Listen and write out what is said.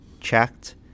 checked